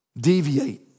Deviate